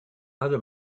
other